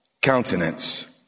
countenance